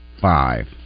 five